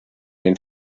den